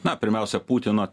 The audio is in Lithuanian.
na pirmiausia putino